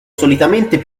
solitamente